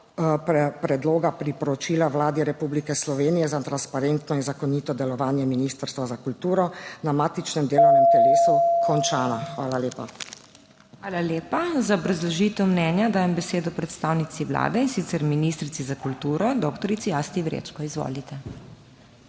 predloga priporočila Vladi Republike Slovenije za transparentno in zakonito delovanje Ministrstva za kulturo na matičnem delovnem telesu končana. Hvala lepa. **PODPREDSEDNICA MAG. MEIRA HOT:** Hvala lepa. Za obrazložitev mnenja dajem besedo predstavnici Vlade, in sicer ministrici za kulturo, doktor Asta Vrečko. Izvolite.